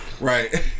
Right